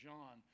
John